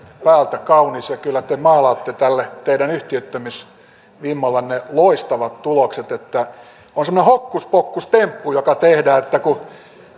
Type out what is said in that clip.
päältä kaunis ja kyllä te maalaatte tälle teidän yhtiöittämisvimmallenne loistavat tulokset se on semmoinen hokkuspokkus temppu joka tehdään että kun